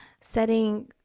setting